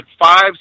five